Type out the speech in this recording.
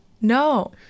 No